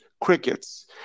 crickets